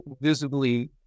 visibly